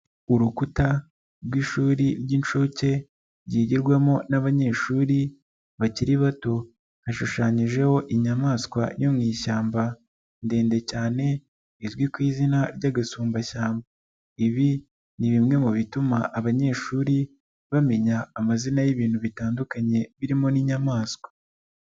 Urukuta rw'ishuri ry'inshuke ryigirwamo n'abanyeshuri bakiri bato, hashushanyijeho inyamaswa yo mu ishyamba ndende cyane, izwi ku izina ry'agasumbashyamba. Ibi ni bimwe mu bituma abanyeshuri bamenya amazina y'ibintu bitandukanye birimo n'inyamaswa.